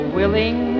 willing